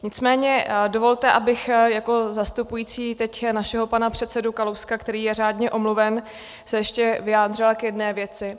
Nicméně dovolte, abych jako zastupující našeho pana předsedy Kalouska, který je řádně omluven, se ještě vyjádřila k jedné věci.